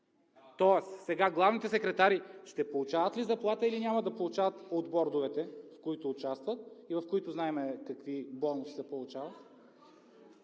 Тоест сега главните секретари ще получават ли заплата, или няма да получават от бордовете, в които участват и в които знаем какви бонуси се получават?